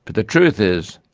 the truth is,